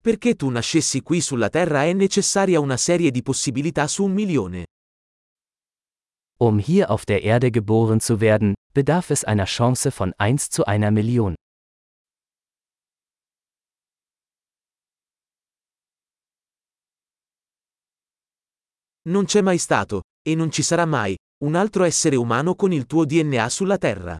Perché tu nascessi qui sulla Terra è necessaria una serie di possibilità su un milione. Um hier auf der Erde geboren zu werden, bedarf es einer Chance von 1 zu 1 Million. Non c'è mai stato, e non ci sarà mai, un altro essere umano con il tuo DNA sulla Terra.